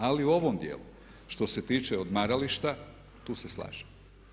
Ali ovom dijelu što se tiče odmarališta tu se slažem.